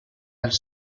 als